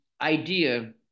idea